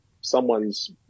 someone's